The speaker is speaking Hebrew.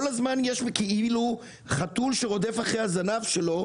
כל הזמן יש כאילו חתול שרודף אחרי הזנב שלו,